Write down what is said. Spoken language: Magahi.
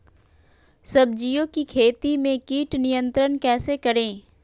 सब्जियों की खेती में कीट नियंत्रण कैसे करें?